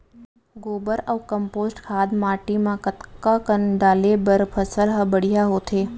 गोबर अऊ कम्पोस्ट खाद माटी म कतका कन डाले बर फसल ह बढ़िया होथे?